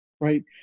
Right